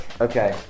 Okay